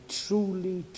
truly